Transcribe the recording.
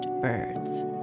birds